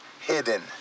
hidden